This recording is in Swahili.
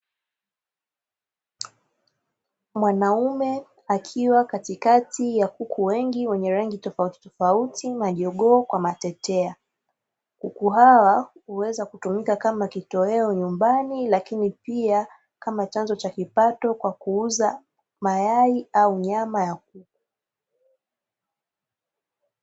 Mwanaume akiwa katikati ya kuku wengi wenye rangi tofauti tofauti, majogoo kwa matetea, kuku hawa huweza kutumika kama kitoweo nyumbani, lakini pia kama chanzo cha kipato kwa kuuza mayai au nyama ya kuku.